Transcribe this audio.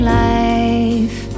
life